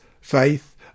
faith